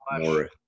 more